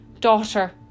Daughter